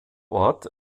ort